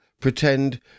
pretend